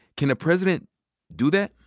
can a president do that?